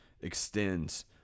extends